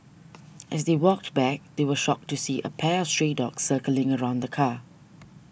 as they walked back they were shocked to see a pack of stray dogs circling around the car